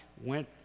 went